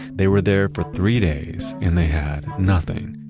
they were there for three days and they had nothing.